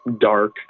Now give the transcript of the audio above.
dark